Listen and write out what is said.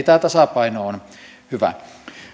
tämä tasapaino on hyvä